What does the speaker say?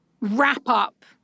wrap-up